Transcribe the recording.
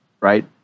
right